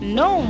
no